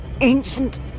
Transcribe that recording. ancient